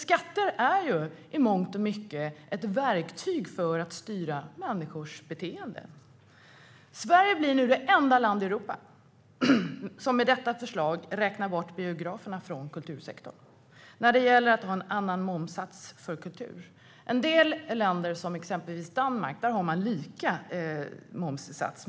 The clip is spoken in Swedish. Skatter är i mångt och mycket ett verktyg för att styra människors beteende. Sverige blir nu det enda land i Europa som med detta förslag räknar bort biograferna från kultursektorn när det gäller att ha en annan momssats för kultur. I en del länder, som exempelvis Danmark, har man lika momssats.